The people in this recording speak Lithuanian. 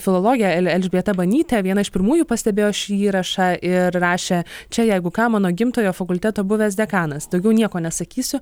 filologė el elžbieta banytė viena iš pirmųjų pastebėjo šį įrašą ir rašė čia jeigu ką mano gimtojo fakulteto buvęs dekanas daugiau nieko nesakysiu